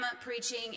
preaching